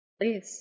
Please